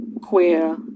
queer